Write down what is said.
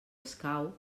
escau